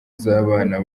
z’abana